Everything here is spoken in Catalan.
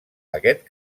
aquest